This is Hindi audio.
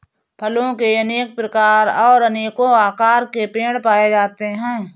फलों के अनेक प्रकार और अनेको आकार के पेड़ पाए जाते है